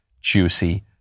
juicy